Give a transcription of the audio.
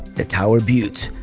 the tower butte,